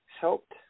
helped